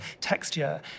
texture